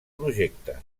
projecte